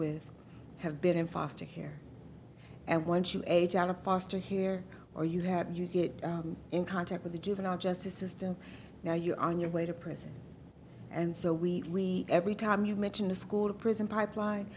with have been in foster care and once you age out of foster here or you had you get in contact with the juvenile justice system now you're on your way to prison and so we every time you mention the school to prison pipeline